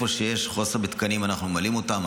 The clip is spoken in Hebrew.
ואיפה שיש חוסר בתקנים אנחנו ממלאים אותם.